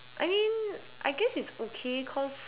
I mean I guess it's okay cause